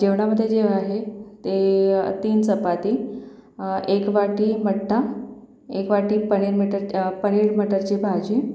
जेवणामध्ये जे आहे ते तीन चपाती एक वाटी मठ्ठा एक वाटी पणीर मीटर पनीर मटरची भाजी